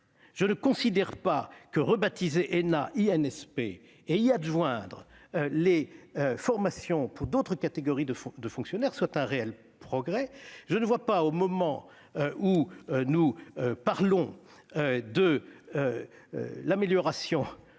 Je ne considère pas que rebaptiser l'ENA « INSP » et y adjoindre les formations pour d'autres catégories de fonctionnaires constitue un réel progrès ; je ne vois pas, au moment où nous parlons de l'amélioration